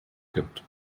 gibt